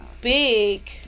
big